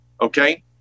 Okay